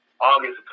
August